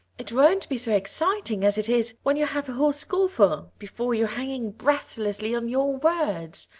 it won't be so exciting as it is when you have a whole schoolful before you hanging breathlessly on your words.